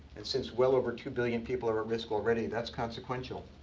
and since well over two billion people are at risk already, that's consequential.